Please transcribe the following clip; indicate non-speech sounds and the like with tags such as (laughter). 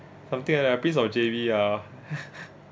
something like that prince of J_B ah (laughs)